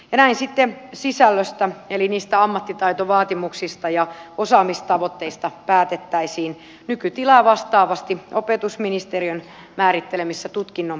näin sitten sisällöstä eli niistä ammattitaitovaatimuksista ja osaamistavoitteista päätettäisiin nykytilaa vastaavasti opetusministeriön määrittelemissä tutkinnon perusteissa